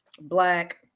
black